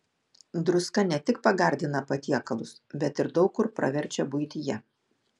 druska ne tik pagardina patiekalus bet ir daug kur praverčia buityje